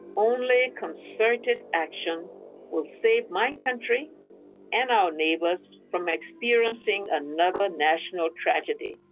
only concerted action will save my country and our neighbours from experiencing another national tragedy.